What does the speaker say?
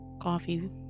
coffee